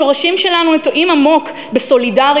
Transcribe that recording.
השורשים שלנו נטועים עמוק בסולידריות,